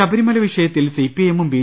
ശബരിമല വിഷയത്തിൽ സിപിഎമ്മും ബി